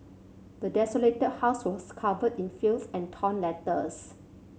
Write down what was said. the desolated house was covered in filth and torn letters